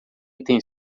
item